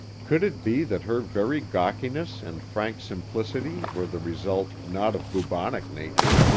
could it be that her very gawkiness and frank simplicity were the result not of bucolic nature,